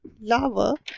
Lava